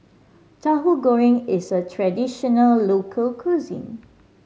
Tauhu Goreng is a traditional local cuisine